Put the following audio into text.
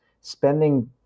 spending